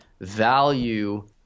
value